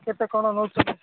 କେତେ କ'ଣ ନେଉଛନ୍ତି ସାର୍